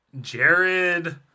Jared